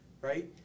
right